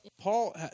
Paul